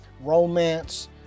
romance